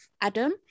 adam